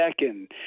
second